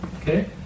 Okay